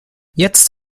jetzt